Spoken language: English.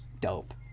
dope